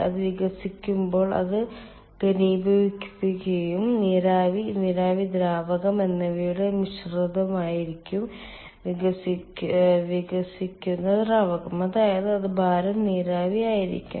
അത് വികസിക്കുമ്പോൾ അത് ഘനീഭവിപ്പിക്കുകയും നീരാവി നീരാവി ദ്രാവകം എന്നിവയുടെ മിശ്രിതമായിരിക്കും വികസിക്കുന്ന ദ്രാവകം അതായത് അത് ഭാരം നീരാവി ആയിരിക്കും